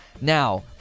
Now